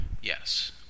Yes